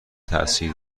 تاثیر